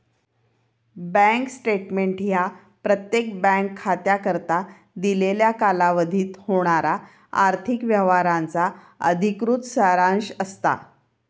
bank statement ह्या प्रत्येक bank खात्याकरता दिलेल्या कालावधीत होणारा आर्थिक व्यवहारांचा अधिकृत सारांश असता